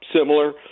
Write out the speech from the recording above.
similar